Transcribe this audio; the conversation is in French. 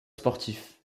sportif